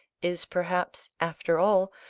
is perhaps, after all,